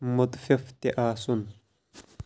مُتفِف تہِ آسُن